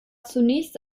zunächst